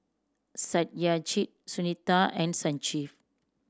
Satyajit Sunita and Sanjeev